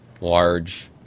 large